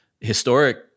historic